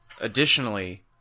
Additionally